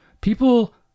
People